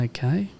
Okay